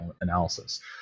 analysis